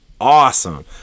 awesome